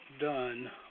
done